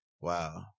wow